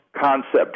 concept